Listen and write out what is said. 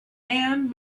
and